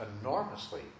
enormously